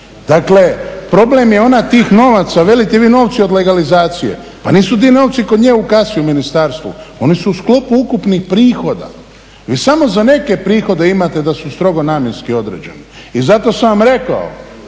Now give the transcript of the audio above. Dakle problem je ona tih novaca, velite vi novci od legalizacije. Pa nisu ti novci kod nje u kasi u ministarstvu, oni su u sklopu ukupnih prihoda. Vi samo za neke prihode imate da su strogo namjenski određeni i zato sam vam rekao